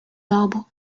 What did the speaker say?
arbres